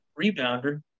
rebounder